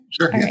Sure